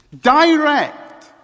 Direct